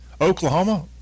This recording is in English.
Oklahoma